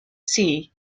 sea